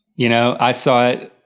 you know, i saw it,